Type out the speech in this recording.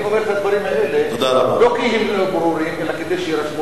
אני אומר את הדברים האלה לא כי הם לא ברורים אלא כדי שיירשמו